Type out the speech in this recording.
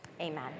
amen